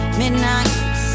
midnight